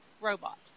robot